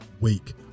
Week